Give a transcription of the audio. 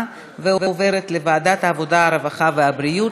לוועדת העבודה, הרווחה והבריאות